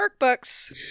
workbooks